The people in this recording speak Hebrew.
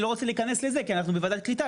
אני לא רוצה להיכנס לזה כי אנחנו בוועדת קליטה,